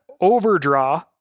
overdraw